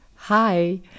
Hi